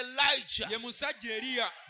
Elijah